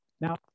Now